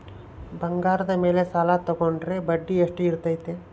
ಬಂಗಾರದ ಮೇಲೆ ಸಾಲ ತೋಗೊಂಡ್ರೆ ಬಡ್ಡಿ ಎಷ್ಟು ಇರ್ತೈತೆ?